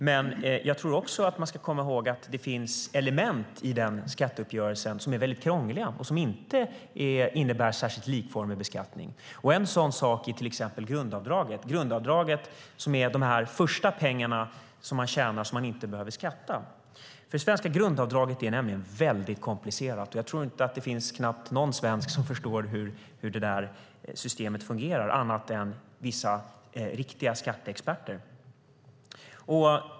Men jag tycker också att man ska komma ihåg att det finns element i den skatteuppgörelsen som är väldigt krångliga och som inte innebär särskilt likformig beskattning. En sådan sak är grundavdraget. Det gäller de första pengarna man tjänar, som man inte behöver skatta för. Det svenska grundavdraget är nämligen väldigt komplicerat. Jag tror att det knappt finns någon svensk som förstår hur det systemet fungerar, annat än vissa riktiga skatteexperter.